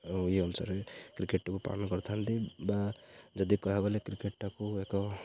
ଆଉ ଏଇ ଅନୁସାରେ କ୍ରିକେଟ୍ଟାକୁ ପାଳନ କରିଥାନ୍ତି ବା ଯଦି କହହାକୁ ଗଲେ କ୍ରିକେଟ୍ଟାକୁ ଏକ